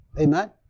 Amen